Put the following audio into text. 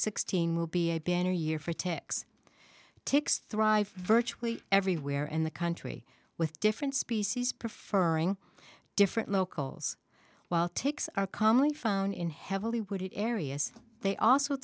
sixteen will be a banner year for ticks ticks thrive virtually everywhere in the country with different species prefer ing different locals while ticks are commonly found in heavily wooded areas they also